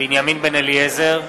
בנימין בן-אליעזר,